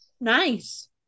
Nice